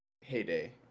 heyday